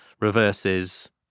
reverses